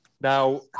Now